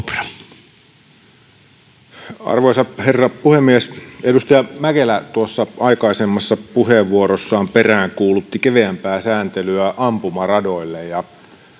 arvoisa herra puhemies edustaja mäkelä aikaisemmassa puheenvuorossaan peräänkuulutti keveämpää sääntelyä ampumaradoille